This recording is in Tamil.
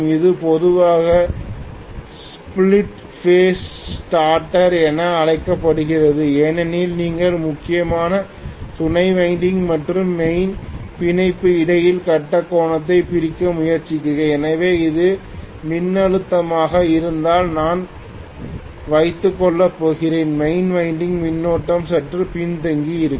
இது பொதுவாக ஸ்பிலிட் பேஸ் ஸ்டார்டர் என்று அழைக்கப்படுகிறது ஏனெனில் நீங்கள் முக்கியமாக துணை வைண்டிங் மற்றும் மெயின் பிணைப்புக்கு இடையில் கட்ட கோணத்தை பிரிக்க முயற்சிக்கிறீர்கள் எனவே இது மின்னழுத்தமாக இருந்தால் நான் வைத்துக்கொள்ள போகிறேன் மெயின் வைண்டிங் மின்னோட்டம் சற்று பின்தங்கியிருக்கும்